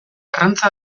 arrantza